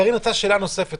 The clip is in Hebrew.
קארין רוצה לשאול שאלה נוספת.